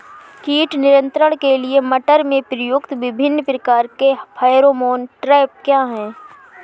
कीट नियंत्रण के लिए मटर में प्रयुक्त विभिन्न प्रकार के फेरोमोन ट्रैप क्या है?